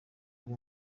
wari